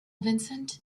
vincent